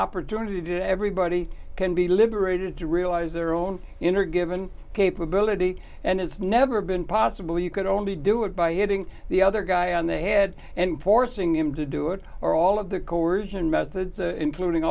opportunity to everybody can be liberated to realize their own inner given capability and it's never been possible you could only do it by hitting the other guy on the head and forcing him to do it or all of the coersion methods including